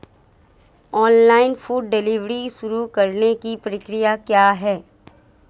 Online food delivery शुरू करने की प्रक्रिया क्या है?